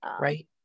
Right